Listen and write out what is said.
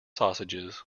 sausages